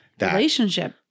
Relationship